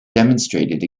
demonstrated